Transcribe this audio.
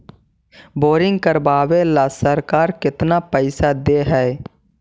Boring करबाबे ल सरकार केतना पैसा दे है?